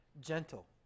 Gentle